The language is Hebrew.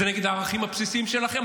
זה נגד הערכים הבסיסיים שלכם.